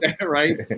right